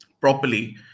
properly